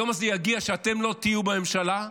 היום הזה יגיע כשאתם לא תהיו בממשלה,